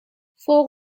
فوق